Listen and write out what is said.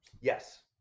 Yes